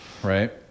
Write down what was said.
Right